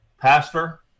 Pastor